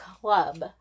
club